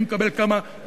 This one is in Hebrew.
מי מקבל כמה,